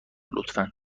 لطفا